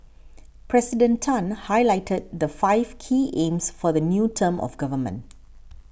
President Tan highlighted the five key aims for the new term of government